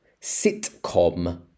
Sitcom